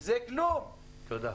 תודה.